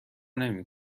نمی